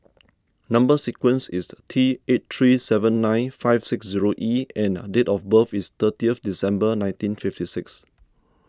Number Sequence is T eight three seven nine five six zero E and date of birth is thirtieth December nineteen fifty six